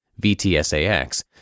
VTSAX